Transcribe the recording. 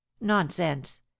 Nonsense